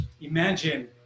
imagine